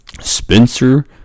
Spencer